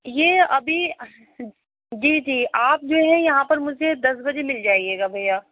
یہ ابھی جی جی آپ جو ہے یہاں پر مجھے دس بجے مِل جائیے گا بھیا